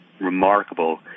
remarkable